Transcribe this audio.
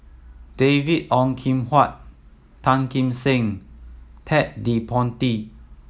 David Ong Kim Huat Tan Kim Seng Ted De Ponti